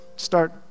start